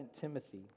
Timothy